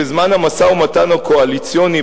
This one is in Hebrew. בזמן המשא-ומתן הקואליציוני,